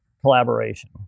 collaboration